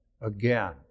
again